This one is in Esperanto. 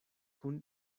kun